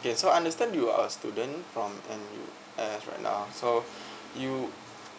okay so I understand you are a student from N_U as of now so you